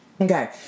Okay